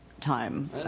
time